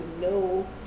no